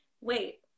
Wait